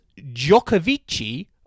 Djokovic